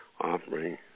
offering